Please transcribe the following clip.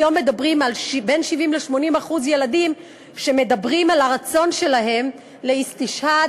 היום מדברים על בין 70% ל-80% ילדים שמדברים על הרצון שלהם לאיסתישהאד,